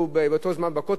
ב"קוטג'" ובדברים אחרים,